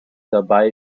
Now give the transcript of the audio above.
dabei